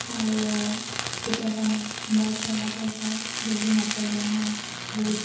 আৰু কেতিয়াবা মই পঢ়াব যাওঁ যদি নপঢ়ে মই বহুত